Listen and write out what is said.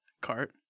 cart